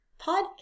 podcast